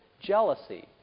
jealousy